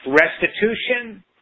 restitution